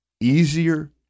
easier